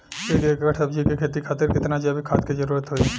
एक एकड़ सब्जी के खेती खातिर कितना जैविक खाद के जरूरत होई?